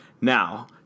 Now